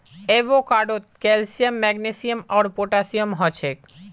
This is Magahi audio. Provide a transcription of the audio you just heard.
एवोकाडोत कैल्शियम मैग्नीशियम आर पोटेशियम हछेक